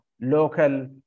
local